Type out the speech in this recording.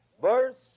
Verse